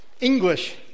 English